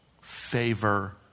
favor